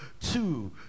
two